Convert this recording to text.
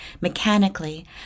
mechanically